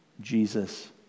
Jesus